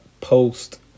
post